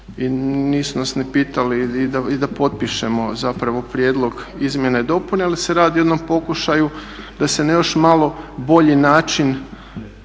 i nisu nas ni pitali da potpišemo zapravo prijedlog izmjene i dopune ali se radi o jednom pokušaju da se na još malo bolji način